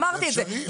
אמרתי את זה,